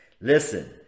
Listen